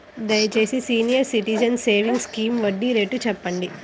దయచేసి senior citizens savings scheme వడ్డీ rate చెప్పండి